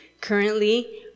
Currently